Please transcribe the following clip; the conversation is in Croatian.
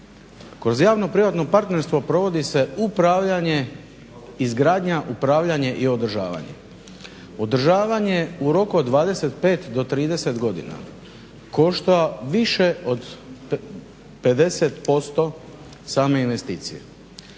Kroz javno-privatno partnerstvo provodi se upravljanje, izgradnja, upravljanje i održavanje. Održavanje u roku od 25 do 30 godina košta više od 50% same investicije.